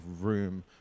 room